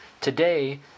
Today